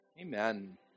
Amen